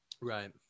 right